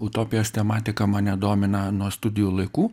utopijos tematika mane domina nuo studijų laikų